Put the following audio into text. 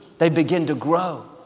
they begin to grow.